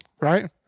Right